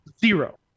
Zero